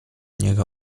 niego